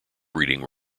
breeding